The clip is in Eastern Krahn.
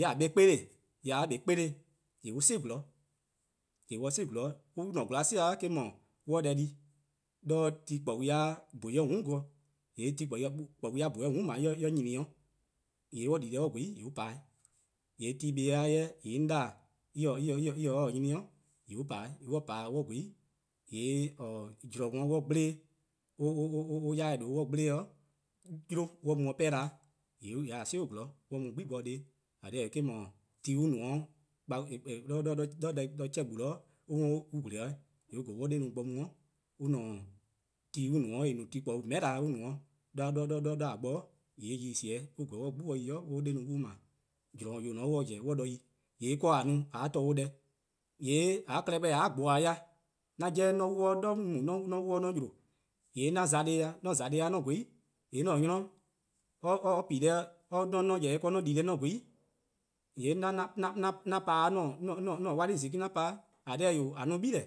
:yee' :a bla kpole-eh: :mor :a 'bla 'kpole'-eh :yee' on 'si 'zorn, :yee' :mor on 'si 'zorn, an-a' 'zorn 'si-eh eh-: 'dhu, on 'ye deh di, 'do ti :kpor-bei-a :bhue' 'yor :mm' bo, :yee' ti-kpor-bei-a :bhue' 'yor :mm' :dao' :mor en nyni 'o, :yee' :mor on di deh on :gweh 'i :yee' on pa, :yee' ti-a buh+-a 'jeh 'an daa :mor en :ta 'o 'nyni, :yee' on pa, :mor on pa on :gweh 'i, :yee' :mor zorn we :gble-eh, or 'yor-eh :due' :mor eh :gble-eh, 'yluh, :mor an mu-dih 'pehn-dih, :yee' :a 'si-dih-uh 'zorn on 'ye 'gbu+ bo-dih mu, 'de deh chean 'gbu on 'worn on :gwle 'de 'weh :yee' on :korn on 'ye on 'de 'i bo-dih mu, ti on no-a 'de :en no-a ti-kpor-bei :meheh'na 'de :a bo-', :yee' :yeh :en se :ao' on :korn on 'ye 'gbu bo 'ue on 'de'i 'ye-uh bo kpa, zorn :yor :or :ne :ao' :mor on zen on 'ye 'de yi, :yee' ka :a no :a torne'-uh deh, :yee' :a klehkpeh :mor :a :gba-dih, 'an 'jeh mor 'on wluh dha on mu-a on 'yle, :yee' 'an za deh+-dih+, :mor 'on :za deh-dih 'on :gweh 'i, :yee' ;an 'nynor :mor or pi deh :mor 'on yeh-dih ken 'on di-deh 'o :gweh 'i, :yee' 'an pa-' 'an 'wla+ zon+, :eh :korn dhih-eh :a no gle+